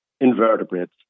invertebrates